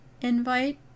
invite